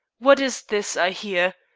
what is this i hear?